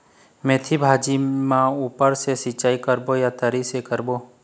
मेंथी भाजी ला ऊपर से सिचाई करबो या तरी से करबो?